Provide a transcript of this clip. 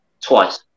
twice